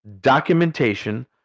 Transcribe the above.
Documentation